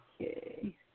Okay